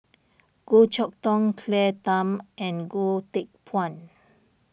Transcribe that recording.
Goh Chok Tong Claire Tham and Goh Teck Phuan